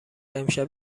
امشب